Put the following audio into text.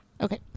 Okay